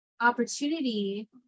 opportunity